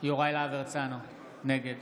להב הרצנו, נגד